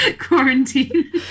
quarantine